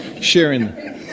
sharing